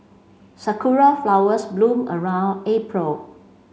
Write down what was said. sakura flowers bloom around April